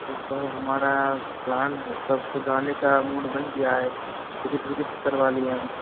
तो सर हमारा प्लान सबके जाने का मूड बन गया है टिकट विकेट करवा लिए है हमनें